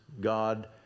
God